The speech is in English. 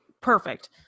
perfect